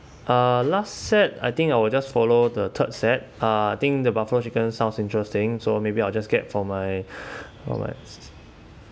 uh last set I think I will just follow the third set uh I think the buffalo chicken sounds interesting so maybe I'll just get for my for my